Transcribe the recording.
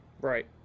Right